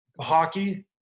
hockey